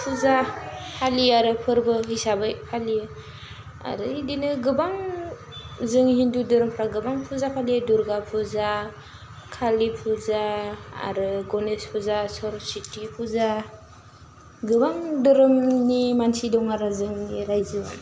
फुजा खालि आरो फोरबो हिसाबै फालियो आरो इदिनो गोबां जों हिन्दु दोरोमफ्राव गोबां फुजा फालियो दुर्गा फुजा खालि फुजा आरो गणेस फुजा सरस्वती फुजा गोबां दोरोमनि मानसि दं आरो जोंनि रायजोआव